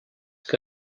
que